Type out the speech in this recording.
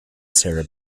sarah